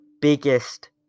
biggest